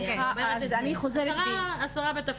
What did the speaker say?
אני אומרת את זה: השרה בתפקידה.